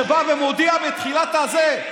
שבא ומודיע בתחילת הזה,